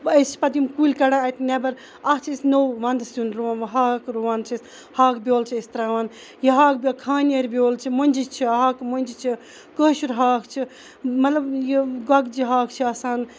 أسۍ چھِ پَتہٕ یِم کُلۍ کَڑان اَتہِ نیٚبر اتھ چھِ أسۍ نوٚو وَندٕ سیُن رُوان وۄنۍ ہاکھ رُوان چھِ ہاکہٕ بیول چھِ أسۍ تراوان یا ہاکہٕ بیول خانیٲر بیول چھ مۄنٛجہِ چھِ ہاک مۄنجہِ چھِ کٲشُر ہاکھ چھُ مَطلَب یہِ گۄگجہِ ہاکھ چھُ آسان